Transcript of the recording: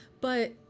But-